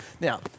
Now